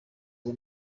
ubu